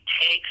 takes